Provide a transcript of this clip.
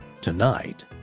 Tonight